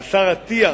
השר הרב אטיאס,